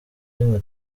rimwe